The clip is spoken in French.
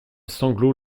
sanglot